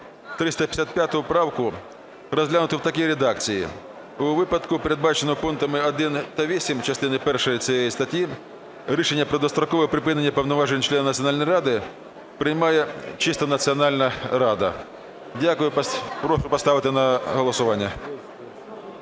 355 правку розглянути в такій редакції: "У випадку, передбаченому пунктами 1 і 8 частини першої цієї статті, рішення про дострокове припинення повноважень члена Національної ради приймає Національна рада". Дякую. Прошу поставити на голосування.